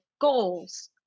goals